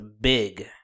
Big